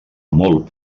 molt